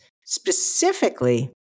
specifically